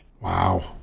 Wow